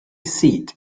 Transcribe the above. seat